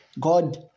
God